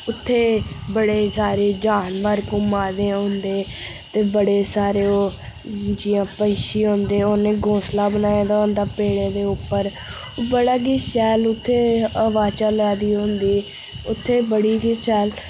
उत्थै बड़े सारे जानवर घुम्मा दे होंदे ते बड़े सारे ओ जि'यां पैंछी होंदे उ'नै घोंसला बनाए दा होंदा पेड़ें दे उप्पर बड़ा गै शैल उत्थै हवा चला दी होंदी उत्थै बड़ी गै शैल